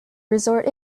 resort